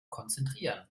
konzentrieren